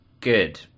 good